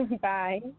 Bye